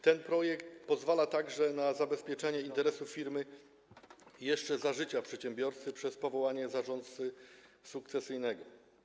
Ten projekt pozwala także na zabezpieczenie interesów firmy jeszcze za życia przedsiębiorcy przez powołanie zarządcy sukcesyjnego.